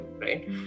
right